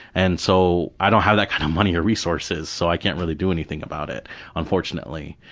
and so, i don't have that kind of money or resources, so i can't really do anything about it unfortunately.